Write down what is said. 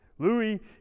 Louis